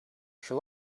she